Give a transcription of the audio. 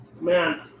Man